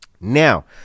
Now